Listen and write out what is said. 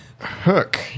Hook